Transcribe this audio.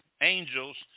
angels